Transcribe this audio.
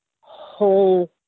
whole